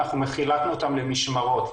אנחנו חילקנו אותם לשלוש משמרות,